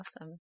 Awesome